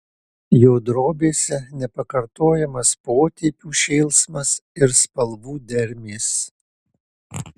jo drobėse nepakartojamas potėpių šėlsmas ir spalvų dermės